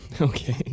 Okay